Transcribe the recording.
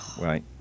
right